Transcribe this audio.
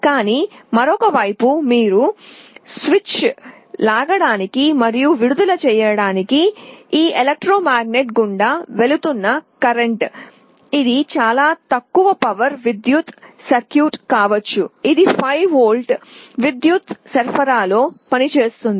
కానీ మరొక వైపు మీరు స్విచ్ లాగడానికి మరియు విడుదల చేయడానికి ఈ విద్యుదయస్కాంతం గుండా వెళుతున్న కరెంట్ ఇది చాలా తక్కువ పవర్ విద్యుత్ సర్క్యూట్ కావచ్చు ఇది 5 వోల్ట్ల విద్యుత్ సరఫరాలో పనిచేస్తుంది